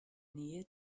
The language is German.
nähe